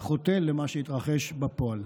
חוטא למה שהתרחש בפועל.